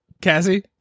Cassie